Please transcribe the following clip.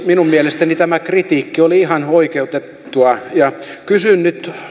minun mielestäni tämä kritiikki oli ihan oikeutettua kysyn nyt